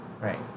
Right